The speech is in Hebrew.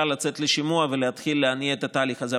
לצאת לשימוע ולהתחיל להניע את התהליך הזה.